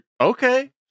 okay